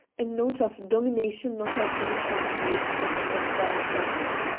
a note of domination not often associated with the fair sex.